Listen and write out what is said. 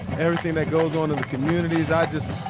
everything that goes on in the communities. i just,